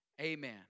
Amen